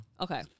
Okay